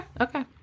okay